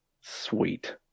Sweet